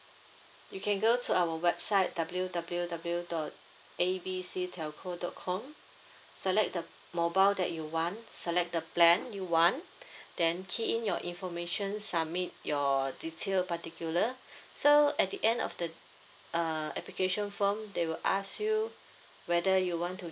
you can go to our website W W W dot A B C telco dot com select the mobile that you want select the plan you want then key in your information submit your detail particular so at the end of the uh application form they will ask you whether you want to